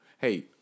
Hey